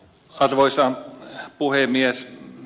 arvoisa puhemies